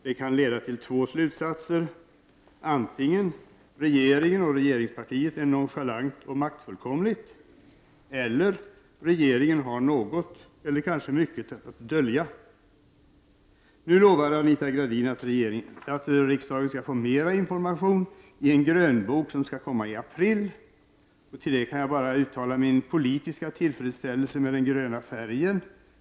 Det kan leda till två slutsatser — antingen att regeringen och regeringspartiet är nonchalanta och maktfullkomliga, eller att regeringen har något, eller kanske mycket, att dölja. Nu lovar Anita Gradin att riksdagen skall få mer information i form av en ”grönbok” som skall komma i april. Nu kan jag bara uttala min politiska tillfredsställelse med den gröna färgen.